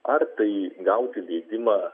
ar tai gauti leidimą